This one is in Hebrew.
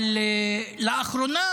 אבל לאחרונה